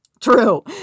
True